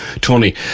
Tony